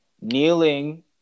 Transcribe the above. Kneeling